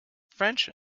french